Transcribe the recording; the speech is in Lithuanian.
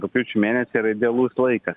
rugpjūčio mėnesį yra idealus laikas